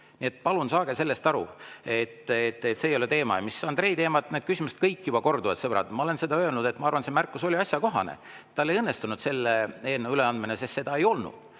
kaitstav. Palun saage sellest aru, et see ei ole teema. Andrei teema. Need küsimused kõik juba korduvad, sõbrad. Ma olen seda öelnud, et ma arvan, see märkus oli asjakohane. Tal ei õnnestunud seda eelnõu üle anda, sest seda ei olnud.